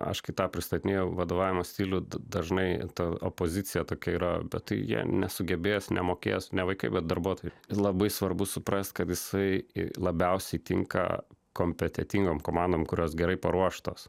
aš kai tą pristatinėjau vadovavimo stilių dažnai ta opozicija tokia yra bet jie nesugebės nemokės ne vaikai bet darbuotojai labai svarbu suprasti kad jisai labiausiai tinka kompetentingom kamandom kurios gerai paruoštos